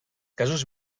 casos